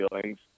feelings